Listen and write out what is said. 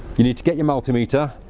you need to get your multimeter